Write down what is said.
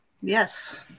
Yes